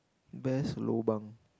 best lobang